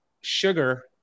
sugar